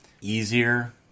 easier